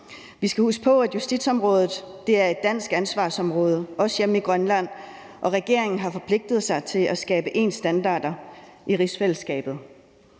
Vi skal huske på, at justitsområdet er et dansk ansvarsområde, også hjemme i Grønland, og regeringen har forpligtet sig til at skabe ens standarder i rigsfællesskabet.